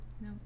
No